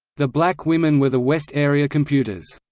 the black women were the west area computers.